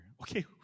Okay